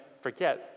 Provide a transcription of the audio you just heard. forget